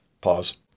pause